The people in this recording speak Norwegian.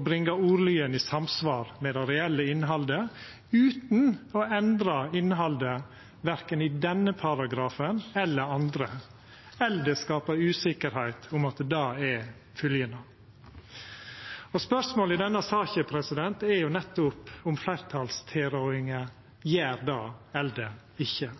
bringa ordlyden i samsvar med det reelle innhaldet, utan å endra innhaldet verken i denne paragrafen eller andre, eller å skapa usikkerheit om at det er fylgjene. Spørsmålet i denne saka er nettopp om fleirtalstilrådinga gjer det eller ikkje.